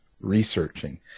researching